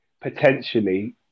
potentially